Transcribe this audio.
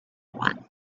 one